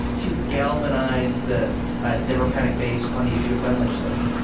to galvanize the ah democratic base on the issue of gun legislation.